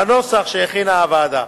בנוסח שהכינה הוועדה.